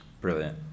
brilliant